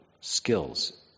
skills